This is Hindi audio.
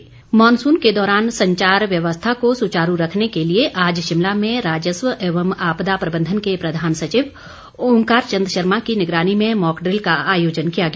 ओंकार मॉनसून के दौरान संचार व्यवस्था को सुचारू रखने के लिए आज शिमला में राजस्व एवं आपदा प्रबंधन के प्रधान सचिव ऑकार चंद शर्मा की निगरानी में मॉकड़िल का आयोजन किया गया